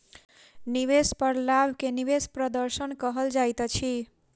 निवेश पर लाभ के निवेश प्रदर्शन कहल जाइत अछि